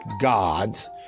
gods